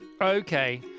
Okay